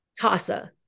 TASA